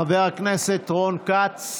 חבר הכנסת רון כץ,